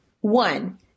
One